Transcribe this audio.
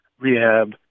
rehab